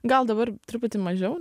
gal dabar truputį mažiau